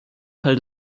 teil